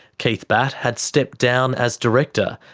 keith batt had stepped down as director,